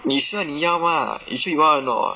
你 sure 你要吗 you sure you want or not